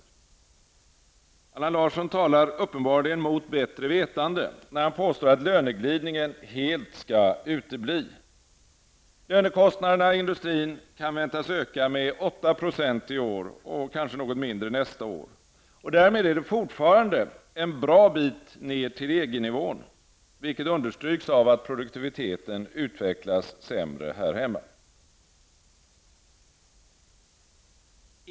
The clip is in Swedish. Allan Larsson talar uppenbarligen mot bättre vetande, när han påstår att löneglidningen helt skall utebli. Lönekostnaderna i industrin kan väntas öka med 8 % i år och kanske något mindre nästa år. Därmed är det fortfarande en bra bit ned till EG-nivån, vilket understryks av att produktiviteten utvecklas sämre här hemma.